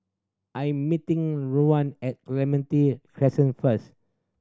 I'm meeting at Clementi first